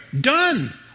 done